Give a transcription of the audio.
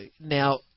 now